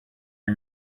are